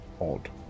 odd